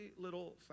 little